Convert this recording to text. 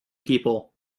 people